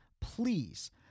Please